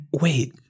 Wait